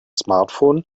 smartphone